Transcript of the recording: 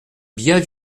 biens